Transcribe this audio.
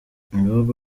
ibihugu